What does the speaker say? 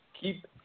Keep